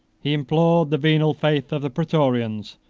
he implored the venal faith of the praetorians,